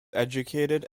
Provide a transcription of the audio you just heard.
educated